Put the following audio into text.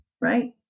right